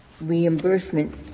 reimbursement